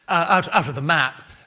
out out of the map,